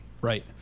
Right